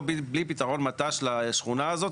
בלי פתרון מט"ש לשכונה הזאת,